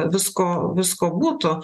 visko visko būtų